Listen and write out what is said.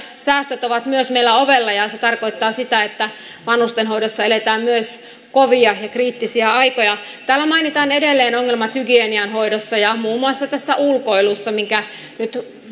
säästöt ovat myös meillä ovella ja ja se tarkoittaa sitä että vanhustenhoidossa eletään myös kovia ja kriittisiä aikoja täällä mainitaan edelleen ongelmat hygienian hoidossa ja muun muassa ulkoilussa minkä nyt